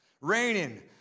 raining